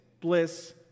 bliss